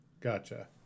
Gotcha